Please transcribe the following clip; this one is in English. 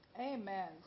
Amen